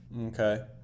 Okay